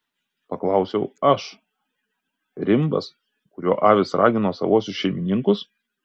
paklausiau aš rimbas kuriuo avis ragino savuosius šeimininkus